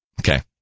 Okay